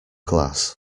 glass